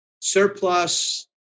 surplus